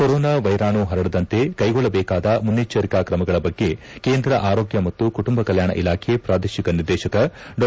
corona ವೈರಾಣು ಪರಡದಂತೆ ಕೈಗೊಳ್ಳಬೇಕಾದ ಮುನೈಜ್ವರಿಕಾ ಕ್ರಮಗಳ ಬಗ್ಗೆ ಕೇಂದ್ರ ಆರೋಗ್ಯ ಮತ್ತು ಕುಟುಂಬ ಕೆಲ್ಕಾಣ ಇಲಾಖೆ ಪ್ರಾದೇಶಿಕ ನಿರ್ದೇಶಕ ಡಾ